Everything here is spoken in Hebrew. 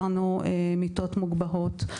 מיטות מוגבהות,